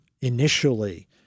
initially